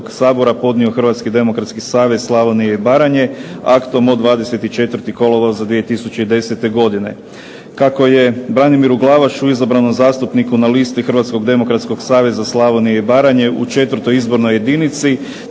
Hrvatski demokratski savez Slavonije i Baranje aktom od 24. kolovoza 2010. godine. Kako je Branimiru Glavašu izabranom zastupniku na listi HRvatskog demokratskog saveza Slavonije i Baranje u 4. izbornoj jedinici,